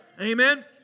Amen